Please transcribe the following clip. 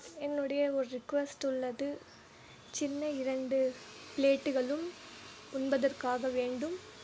என்னுடைய ஒரு ரிக்வஸ்ட் உள்ளது சின்ன இரண்டு பிளேட்டுகளும் உண்பதற்காக வேண்டும்